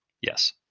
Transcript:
Yes